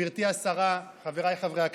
גברתי השרה, חבריי חברי הכנסת,